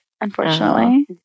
Unfortunately